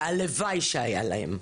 והלוואי שהיה להם.